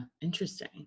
interesting